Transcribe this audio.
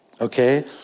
Okay